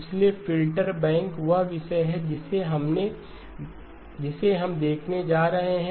इसलिए फ़िल्टर बैंकवह विषय है जिसे हम देखने जा रहे हैं